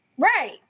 Right